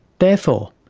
therefore,